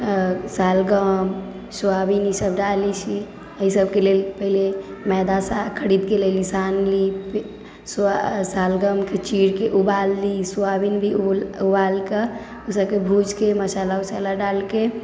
शलगम सोयाबीन ई सब डालि दै छी एहि सबके लेल पहिले मैदा खरीदके लए एलिह सानलि शलगमके चीरके उबाललि सोयाबीन भी उबालके भूजके मसाला वसाला डालिके